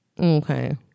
Okay